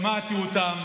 שמעתי אותם.